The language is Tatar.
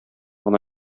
гына